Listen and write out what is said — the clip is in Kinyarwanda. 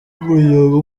umuryango